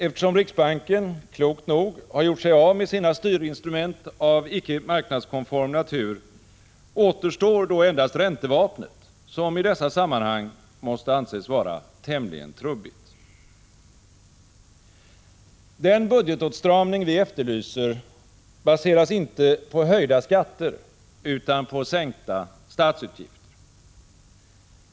Eftersom riksbanken klokt nog har gjort sig av med sina styrinstrument av icke marknadskonform natur, återstår då endast räntevapnet, som i dessa sammanhang måste anses vara tämligen trubbigt. Den budgetåtstramning vi efterlyser baseras inte på höjda skatter utan på sänkta statsutgifter.